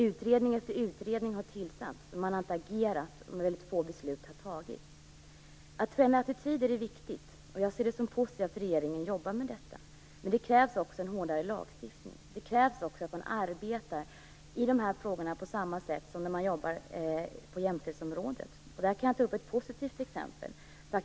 Utredning efter utredning har tillsatts, men man har inte agerat. Väldigt få beslut har fattats. Att förändra attityder är viktigt, och jag ser det som positivt att regeringen jobbar med detta. Men det krävs också en hårdare lagstiftning. Dessutom krävs det att man i de här frågorna arbetar på samma sätt som på jämställdhetsområdet. Där kan jag ta upp ett positivt exempel.